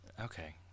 Okay